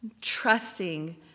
trusting